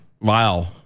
wow